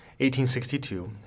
1862